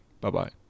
Bye-bye